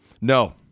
No